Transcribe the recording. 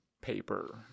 paper